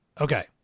Okay